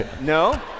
No